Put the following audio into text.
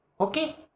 Okay